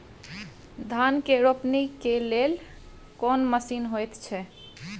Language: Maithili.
धान के रोपनी के लेल कोन मसीन होयत छै?